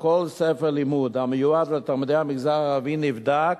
כל ספר לימוד המיועד לתלמידי המגזר הערבי נבדק